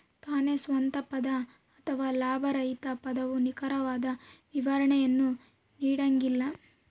ತಾನೇ ಸ್ವಂತ ಪದ ಅಥವಾ ಲಾಭರಹಿತ ಪದವು ನಿಖರವಾದ ವಿವರಣೆಯನ್ನು ನೀಡಂಗಿಲ್ಲ